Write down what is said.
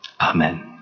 Amen